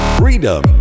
freedom